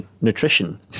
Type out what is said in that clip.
nutrition